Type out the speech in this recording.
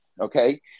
okay